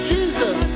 Jesus